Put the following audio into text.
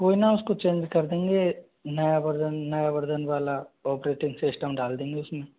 कोई ना उसको चेंज देंगे नया वर्जन नया वर्जन वाला ऑपरेटिंग सिस्टम डाल देंगे उसमें